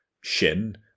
shin